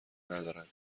ندارند